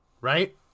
Right